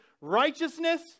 righteousness